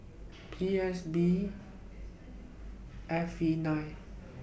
P S B F V nine